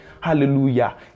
hallelujah